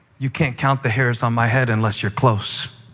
you can't count the hairs on my head unless you're close.